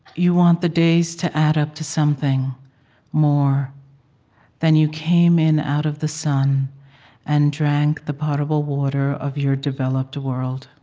you want the days to add up to something more than you came in out of the sun and drank the potable water of your developed world